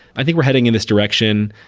i think we're heading in this direction.